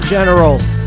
Generals